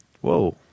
Whoa